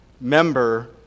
member